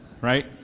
Right